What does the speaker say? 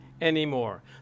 anymore